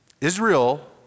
Israel